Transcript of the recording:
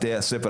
בתי הספר